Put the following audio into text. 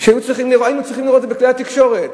שהיינו צריכים לראות בכלי התקשורת?